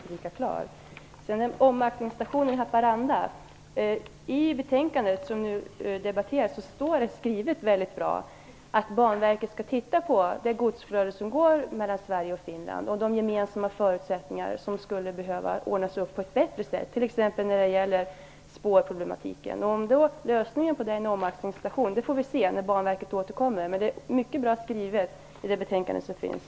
När det gäller en omaxlingsstation i Haparanda står det väldigt bra skrivet i det betänkande som nu debatteras att Banverket skall titta på det godsflöde som går mellan Sverige och Finland och de gemensamma förutsättningar som skulle behöva ordnas upp på ett bättre sätt, t.ex. när det gäller spårproblematiken. När Banverket återkommer får vi se om lösningen på detta är en omaxlingsstation. Det är mycket bra skrivet om detta i det betänkande som finns.